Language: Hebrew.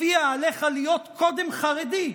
שלפיה עליך להיות קודם חרדי,